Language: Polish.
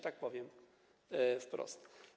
Tak powiem wprost.